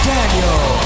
Daniel